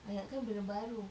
I ingatkan benda baru